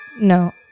No